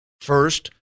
First